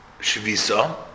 shvisa